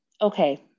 Okay